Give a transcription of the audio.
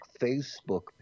Facebook